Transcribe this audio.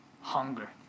hunger